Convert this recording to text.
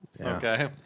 Okay